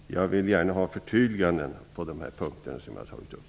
Jag vill gärna ha förtydliganden på de punkter som jag här har tagit upp.